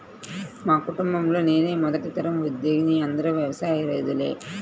మా కుటుంబంలో నేనే మొదటి తరం ఉద్యోగిని అందరూ వ్యవసాయ రైతులే